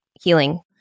healing